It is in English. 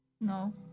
No